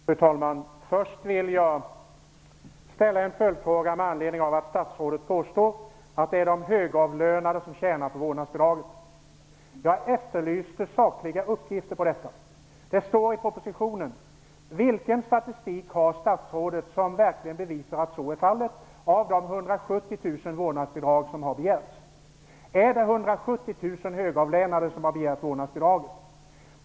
Fru talman! Först vill jag ställa en följdfråga med anledning av att statsrådet påstår att det är de högavlönade som tjänar på vårdnadsbidraget. Jag efterlyste sakliga uppgifter på detta. Det står i propositionen. Vilken statistik över de 170 000 vårdnadsbidrag som har begärts har statsrådet som bevisar att så verkligen är fallet? Är det 170 000 högavlönade som har begärt vårdnadsbidrag?